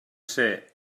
ser